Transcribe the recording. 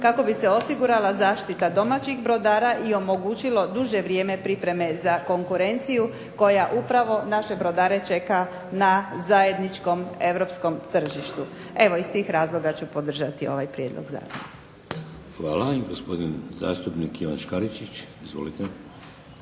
kako bi se osigurala zaštita domaćih brodara i omogućilo duže vrijeme pripreme za konkurenciju koja upravo naše brodare čeka na zajedničkom europskom tržištu. Evo iz tih razloga ću podržati ovaj prijedlog zakona. **Šeks, Vladimir (HDZ)** Hvala. Gospodin zastupnik Ivan Škaričić. Izvolite.